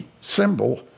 symbol